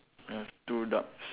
I have two ducks